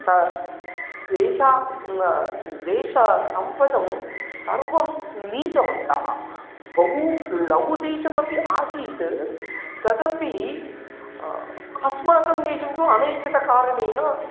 त तेषां देशं सम्पादनं सर्वं नीतवन्तः बहु लघु देशमपि आसीत् तदपि अस्माकं देशं तु अनेकतः कारणेन